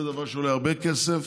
זה דבר שעולה הרבה כסף,